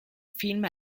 film